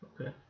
Okay